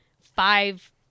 five